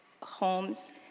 homes